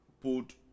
put